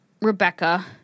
Rebecca